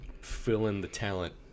fill-in-the-talent